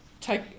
Take